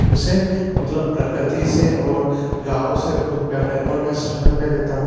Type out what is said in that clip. उसे मतलब प्रकृति से और गाँव से बहुत प्यार है और मैं शहर में रहता हूँ